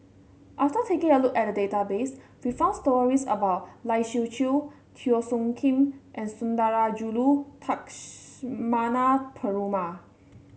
after taking a look at the database we found stories about Lai Siu Chiu Teo Soon Kim and Sundarajulu Takshmana Perumal